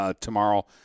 tomorrow